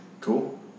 cool